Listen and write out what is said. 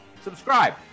Subscribe